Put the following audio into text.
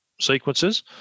sequences